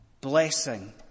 blessing